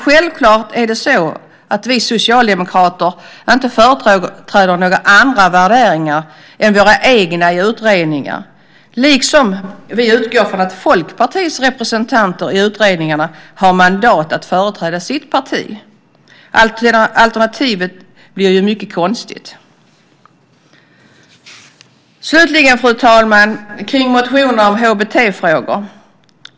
Självklart företräder vi socialdemokrater inga andra värderingar än våra egna i utredningar, liksom vi utgår från att Folkpartiets representanter i utredningar har mandat att företräda sitt parti. Alternativet blir ju mycket konstigt. Slutligen, fru talman, vill jag säga några ord kring motionerna om HBT-frågor.